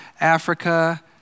Africa